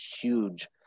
huge